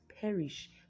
perish